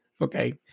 Okay